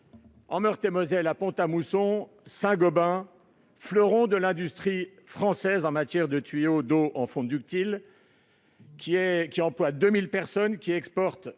En Meurthe-et-Moselle, à Pont-à-Mousson, Saint-Gobain, fleuron de l'industrie française en matière de tuyaux d'eau en fonte ductile, qui emploie 2 000 personnes, qui est